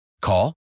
Call